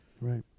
right